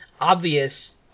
obvious